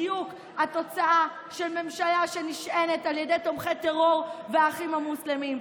בדיוק התוצאה של ממשלה שנשענת על תומכי טרור והאחים המוסלמים.